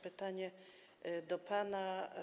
Pytanie do pana.